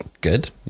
good